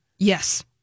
Yes